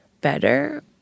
better